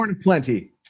plenty